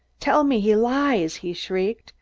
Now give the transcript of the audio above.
tell me he lies! he shrieked.